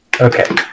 Okay